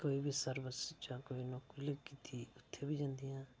कोई बी सर्वस जां नौकरी लग्गी दी उत्थैं बी जंदियां